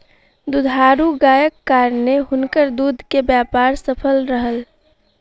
दुधारू गायक कारणेँ हुनकर दूध के व्यापार सफल रहल